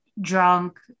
drunk